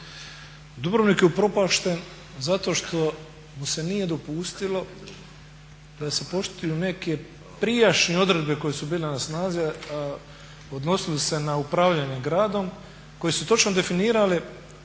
Dubrovnik je upropašten zato što mu se nije dopustilo da se poštuju neke prijašnje odredbe koje su bile na snazi, a odnosile su se na upravljanje gradom koji su točno definirali